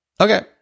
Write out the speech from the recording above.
Okay